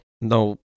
No